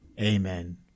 Amen